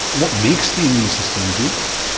what makes the immune system do this?